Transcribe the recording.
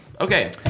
Okay